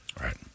right